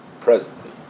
presently